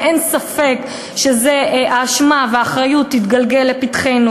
ואין ספק שהאשמה והאחריות יתגלגלו לפתחנו,